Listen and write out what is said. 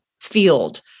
field